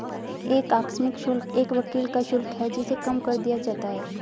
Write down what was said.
एक आकस्मिक शुल्क एक वकील का शुल्क है जिसे कम कर दिया जाता है